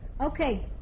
Okay